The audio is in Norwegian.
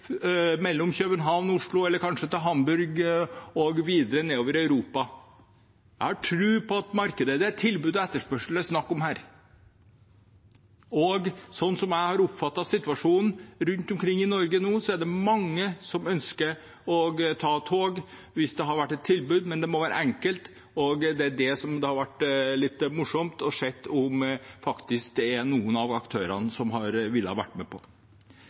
mellom Oslo og København, eller kanskje til Hamburg og videre nedover i Europa. Jeg har tro på markedet, det er tilbud og etterspørsel det er snakk om her. Sånn som jeg har oppfattet situasjonen rundt omkring i Norge nå, er det mange som ønsker å ta tog hvis det hadde vært et tilbud. Men det må være enkelt, og det er det som hadde vært litt morsomt å se om noen av aktørene ville være med på